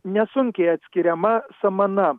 nesunkiai atskiriama samana